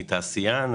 תעשיין,